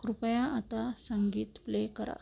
कृपया आता संगीत प्ले करा